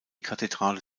kathedrale